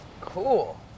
Cool